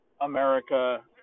America